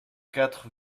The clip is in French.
quatre